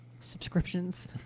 subscriptions